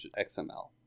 XML